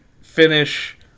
finish